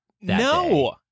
No